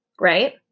right